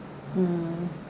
mm